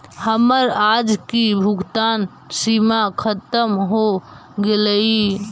हमर आज की भुगतान सीमा खत्म हो गेलइ